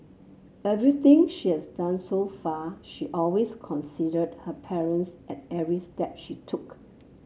everything she has done so far she always considered her parents at every step she took